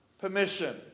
permission